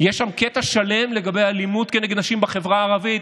יש שם קטע שלם לגבי אלימות כנגד נשים בחברה הערבית.